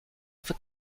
for